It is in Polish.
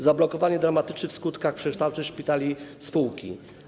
Zablokowanie dramatycznych w skutkach przekształceń szpitali w spółki.